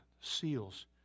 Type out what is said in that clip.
seals